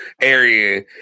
area